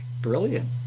Brilliant